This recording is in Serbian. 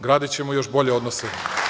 Gradićemo još bolje odnose.